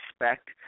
respect